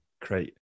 create